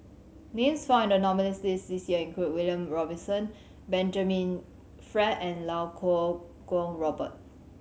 names found in the nominees' list this year include William Robinson Benjamin Frank and Lau Kuo Kwong Robert